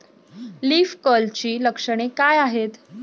Leaf कर्लची लक्षणे काय आहेत?